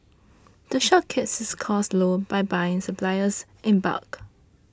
the shop keeps its costs low by buying its suppliers in bulk